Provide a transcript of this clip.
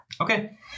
Okay